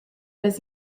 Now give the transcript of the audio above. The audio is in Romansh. las